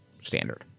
Standard